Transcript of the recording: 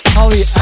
Holly